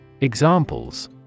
Examples